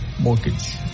Mortgage